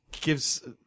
gives